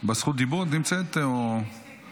נמצאת בזכות דיבור?